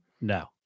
No